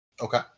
okay